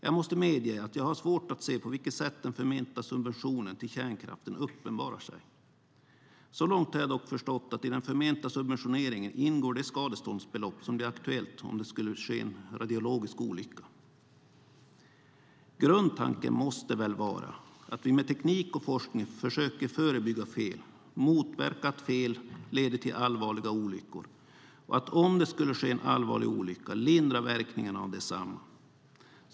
Jag måste medge att jag har svårt att se på vilket sätt den förmenta subventionen till kärnkraften uppenbarar sig. Så långt har jag dock förstått att i den förmenta subventioneringen ingår det skadeståndsbelopp som blir aktuellt om det skulle ske en radiologisk olycka. Grundtanken måste väl vara att vi med teknik och forskning försöker förebygga fel och motverka att fel leder till allvarliga olyckor och att om det skulle ske en allvarlig olycka lindra verkningen av densamma.